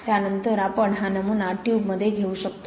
त्यानंतर आपण हा नमुना ट्यूबमध्ये घेऊ शकतो